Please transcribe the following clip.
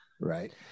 Right